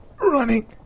running